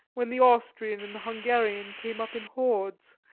when the austrian and the hungarian came up in hordes,